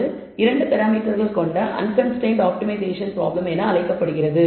இது 2 பராமீட்டர்கள் கொண்ட அன்கன்ஸ்டரைன்ட் ஆப்டிமைசேஷன் ப்ராப்ளம் என்று அழைக்கப்படுகிறது